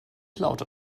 lauter